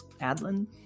Adlin